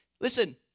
Listen